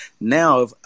Now